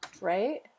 Right